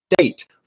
State